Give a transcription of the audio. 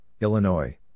Illinois